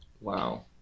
Wow